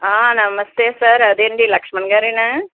ఆ నమస్తే సర్ అదేండి లక్ష్మణ్ గారేనా